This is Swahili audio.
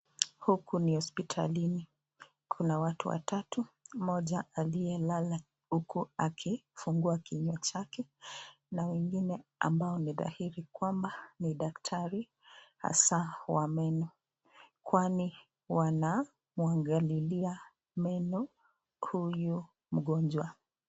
Huku ni hospitalini kuna watu watatu mmoja aliyelala huku akifungua kinywa chake na wengine ambao ni dhahiri kwamba ni daktari hasa wa meno kwani wanamuangalilia meno huyu mgonjwa.